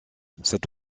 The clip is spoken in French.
cet